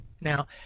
Now